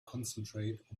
concentrate